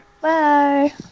Bye